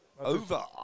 Over